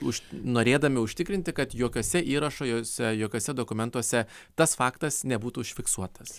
už norėdami užtikrinti kad jokiuose įrašuose jokiuose dokumentuose tas faktas nebūtų užfiksuotas